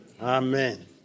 Amen